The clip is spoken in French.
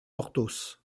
porthos